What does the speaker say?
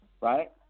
Right